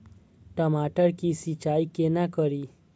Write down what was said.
टमाटर की सीचाई केना करी?